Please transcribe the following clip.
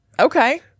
Okay